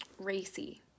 racy